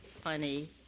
funny